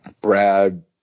Brad